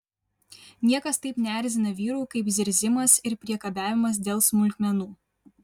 niekas taip neerzina vyrų kaip zirzimas ir priekabiavimas dėl smulkmenų